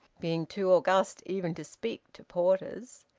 being too august even to speak to porters.